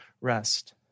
rest